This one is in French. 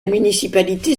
municipalité